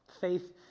Faith